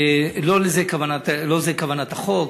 לא זו כוונת החוק.